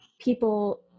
people